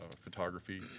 photography